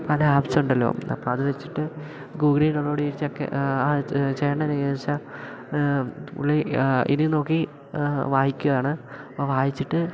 പല ആപ്പ്സ് ഉണ്ടല്ലോ അപ്പം അത് വെച്ചിട്ട് ഗൂഗിളിൽനിന്നു ഡൌൺലോഡ് ചെയ്യേണ്ടത് എങ്ങനെ വെച്ചാൽ പുള്ളി ഇതി നോക്കി വായിക്കുകയാണ് വായിച്ചിട്ട്